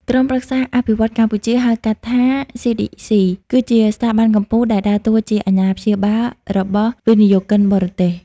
ក្រុមប្រឹក្សាអភិវឌ្ឍន៍កម្ពុជា ហៅកាត់ថា CDC គឺជាស្ថាប័នកំពូលដែលដើរតួជា "អាណាព្យាបាល" របស់វិនិយោគិនបរទេស។